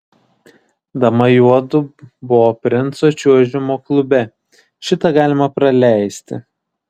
dama juodu boa princo čiuožimo klube šitą galima praleisti